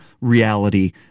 reality